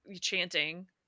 chanting